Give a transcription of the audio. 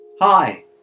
Hi